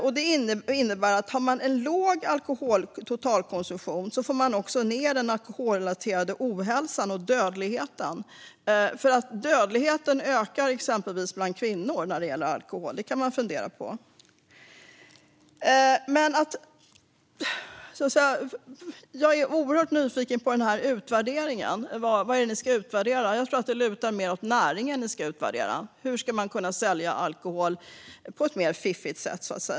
Om totalkonsumtionen är låg minskar också den alkoholrelaterade ohälsan och dödligheten. Den alkoholrelaterade dödligheten ökar exempelvis bland kvinnor; det kan man fundera på. Jag är oerhört nyfiken på den här utvärderingen. Vad är det ni ska utvärdera? Jag tror att det lutar mer åt att ni ska utvärdera näringen och hur man ska kunna sälja alkohol på ett fiffigare sätt.